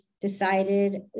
decided